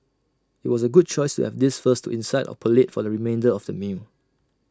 IT was A good choice to have this first to incite our palate for the remainder of the meal